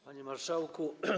Panie Marszałku!